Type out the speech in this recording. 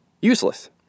useless